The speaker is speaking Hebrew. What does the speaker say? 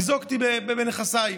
ניזוקתי בנכסיי.